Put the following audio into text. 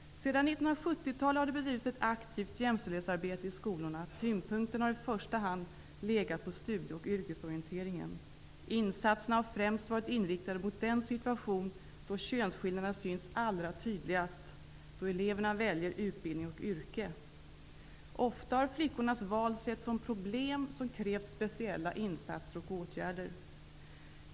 Sedan 1970-talet har det bedrivits ett aktivt jämställdhetsarbete i skolorna. Tyngdpunkten har i första hand legat på studie och yrkesorienteringen. Insatserna har främst varit inriktade på den situation då könsskillnaderna syns allra tydligast, nämligen då eleverna väljer utbildning och yrke. Ofta har flickornas val setts som problem som har krävt speciella insatser och åtgärder.